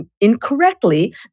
incorrectly